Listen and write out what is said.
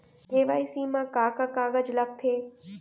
KYC मा का का कागज लगथे?